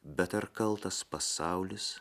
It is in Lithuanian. bet ar kaltas pasaulis